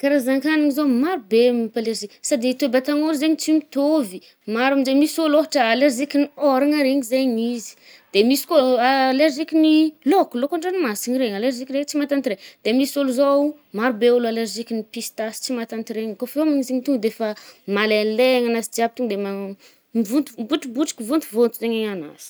Karazan-kanigny zao maro mampa alerzy ih, sady ny toe-batan’ôlo zaigny tsy mitôvy ih, maro aminje, misy ôlo ôhatra alerizikin’ny ôragna regny zaigny izy. De misy koà alerizikin’ny lôko, lôkon-dragnomasina regny, aleriziky re tsy matanty re. De misy olo zao maro be ôlo alerizikin’ny pistasy, tsy matanty regny koà fô manô zigny to ndefa malaile anazy jiaby to nde man- mivontovo-mibotrobotriky-vontovônto zaigny i anazy.